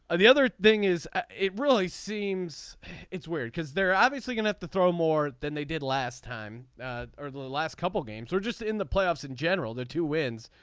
the other thing is it really seems it's weird because they're obviously going at the throw more than they did last time or the last couple of games or just in the playoffs in general the two wins.